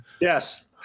Yes